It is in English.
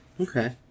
okay